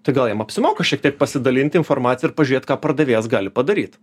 tai gal jam apsimoka šiek tiek pasidalinti informacija ir pažiūrėt ką pardavėjas gali padaryt